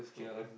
yeah